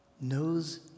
knows